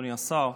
אדוני השר,